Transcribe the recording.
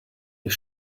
you